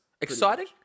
Exciting